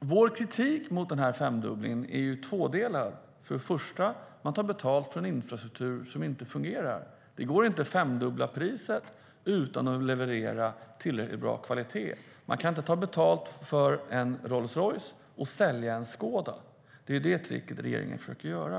Vår kritik mot femdubblingen är tvådelad. För det första tar man betalt för en infrastruktur som inte fungerar. Det går inte att femdubbla priset utan att leverera tillräckligt bra kvalitet. Man kan inte ta betalt för en Rolls Royce och sälja en Skoda. Det är det tricket regeringen försöker göra.